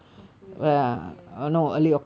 hopefully ya